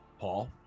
Paul